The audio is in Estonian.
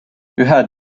ühe